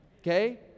Okay